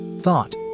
thought